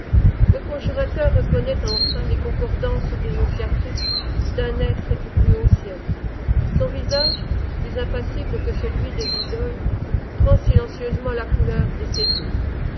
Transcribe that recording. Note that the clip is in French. le conjurateur reconnaît enfin les concordances dénonciatrices d'un être du plus haut ciel son visage plus impassible que celui des idoles prend silencieusement la couleur des sépulcres